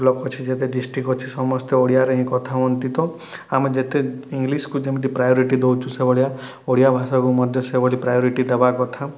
block ଅଛି ଯେତେ district ଅଛି ସମସ୍ତେ ଓଡ଼ିଆରେ ହିଁ କଥା ହୁଅନ୍ତି ତ ଆମେ ଯେତେ ଇଂଲିଶ୍କୁ ଯେମତି ପ୍ରାୟୋରିଟି ଦେଉଛୁ ସେଭଳିଆ ଓଡ଼ିଆ ଭାଷାକୁ ମଧ୍ୟ ସେଭଳି ପ୍ରାୟୋରିଟି ଦେବା କଥା